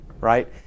right